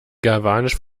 galvanisch